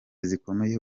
zikomeye